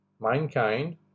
mankind